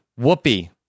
Whoopi